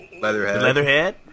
Leatherhead